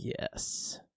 Yes